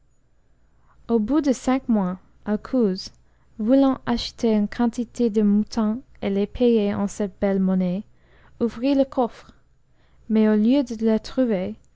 au bout des cinq mois alcouz voulant acheter une quantité de moutons et les payer en cette belle monnaie ouvrit le coffre mais au lieu de la trouver